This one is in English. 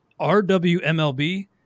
RWMLB